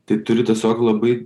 tai turi tiesiog labai